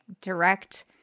direct